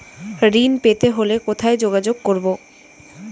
ঋণ পেতে হলে কোথায় যোগাযোগ করব?